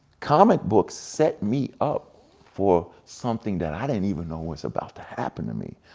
comic books set me up for something that i didn't even know was about to happen to me.